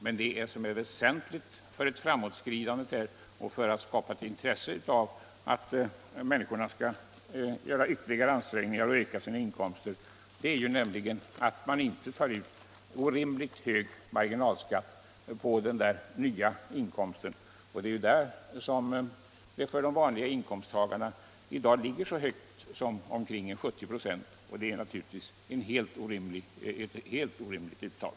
Men det som är väsentligt för framåtskridandet och för att det skall kunna skapas intresse hos människorna för att göra ytterligare ansträngningar och öka sina inkomster, det är ju att man inte tar ut orimligt hög marginalskatt på den nya inkomsten. Denna marginalskatt ligger för de vanliga inkomsttagarna i dag så högt som omkring 70 96, och det är naturligtvis ett helt orimligt uttag.